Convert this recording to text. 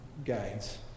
guides